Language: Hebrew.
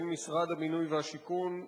בין משרד הבינוי והשיכון,